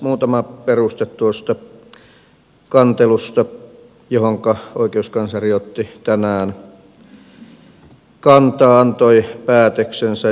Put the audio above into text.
muutama peruste tuohon kanteluun johonka oikeuskansleri otti tänään kantaa antoi päätöksensä